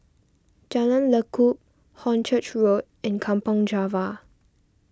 Jalan Lekub Hornchurch Road and Kampong Java